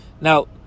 Now